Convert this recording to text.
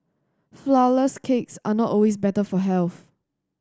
flourless cakes are not always better for health